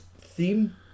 theme